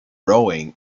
rowing